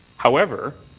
however,